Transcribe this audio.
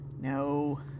No